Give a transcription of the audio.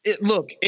Look